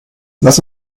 lass